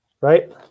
right